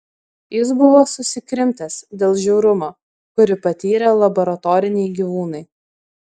jis buvo susikrimtęs dėl žiaurumo kurį patiria laboratoriniai gyvūnai